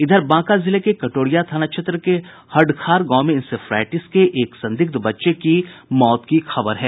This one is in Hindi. इधर बांका जिले में कटोरिया थाना क्षेत्र के हडखार गांव में इंसेफलाइटिस के एक संदिग्ध बच्चे की मौत की खबर है